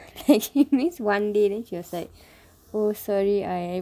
she miss one day then she was like oh sorry I